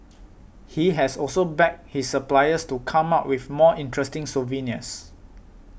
he has also begged his suppliers to come up with more interesting souvenirs